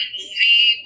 movie